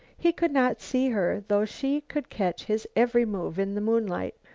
he could not see her, though she could catch his every move in the moonlight.